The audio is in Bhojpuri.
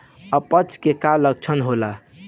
अपच के का लक्षण होला?